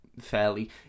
fairly